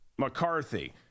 McCarthy